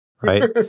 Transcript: right